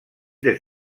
des